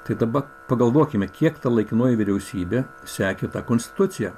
tai dabar pagalvokime kiek ta laikinoji vyriausybė sekė tą konstituciją